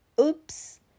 Oops